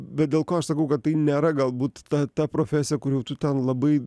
bet dėl ko aš sakau kad tai nėra galbūt ta ta profesija kur jau tu ten labai